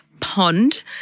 pond